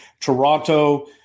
Toronto